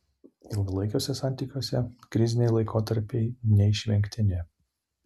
ilgalaikiuose santykiuose kriziniai laikotarpiai neišvengtini